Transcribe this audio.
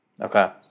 Okay